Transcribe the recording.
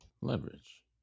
leverage